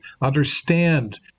Understand